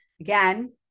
Again